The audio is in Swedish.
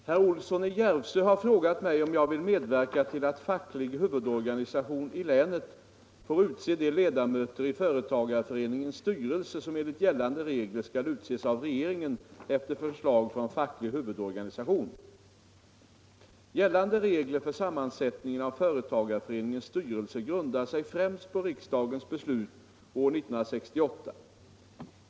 Herr talman! Herr Olsson i Järvsö har frågat mig om jag vill medverka till att facklig huvudorganisation i länet får utse de ledamöter i företagarförenings styrelse som enligt gällande regler skall utses av regeringen efter förslag från facklig huvudorganisation. Gällande regler för sammansättningen av företagarförenings styrelse grundar sig främst på riksdagens beslut år 1968.